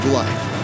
life